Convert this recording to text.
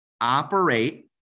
Operate